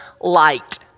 light